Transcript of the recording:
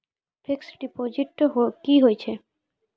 Fixed deposit की होय छै?